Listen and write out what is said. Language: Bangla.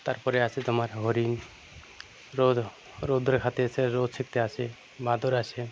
তারপরে আছে তোমার হরিণ রোদ রৌদ্রে খেতে এসে রোদ সেঁকতে আসে বাঁদর আসে